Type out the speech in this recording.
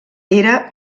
era